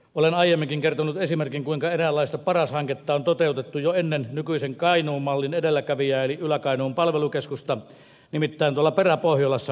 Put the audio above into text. olen aiemminkin kertonut esimerkin kuinka eräänlaista paras hanketta on toteutettu jo ennen nykyisen kainuun mallin edelläkävijää eli ylä kainuun palvelukeskusta nimittäin tuolla peräpohjolassa länsi lapissa